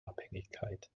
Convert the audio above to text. abhängigkeit